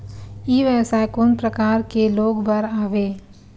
ई व्यवसाय कोन प्रकार के लोग बर आवे?